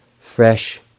fresh